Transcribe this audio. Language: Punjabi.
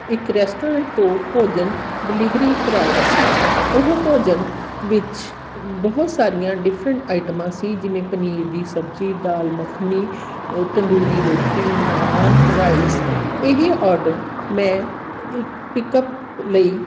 ਇੱਕ ਰੈਸਟੋਰੈਂਟ ਤੋਂ ਭੋਜਨ ਡਿਲੀਵਰੀ ਕਰਵਾਇਆ ਸੀ ਉਹ ਭੋਜਨ ਵਿੱਚ ਬਹੁਤ ਸਾਰੀਆਂ ਡਿਫਰੈਂਟ ਆਈਟਮਾਂ ਸੀ ਜਿਵੇਂ ਪਨੀਰ ਦੀ ਸਬਜ਼ੀ ਦਾਲ ਮੱਖਣੀ ਤੰਦੂਰੀ ਰੋਟੀ ਨਾਨ ਰਾਈਸ ਇਹ ਔਰਡਰ ਮੈਂ ਇੱਕ ਪਿਕਅਪ ਲਈ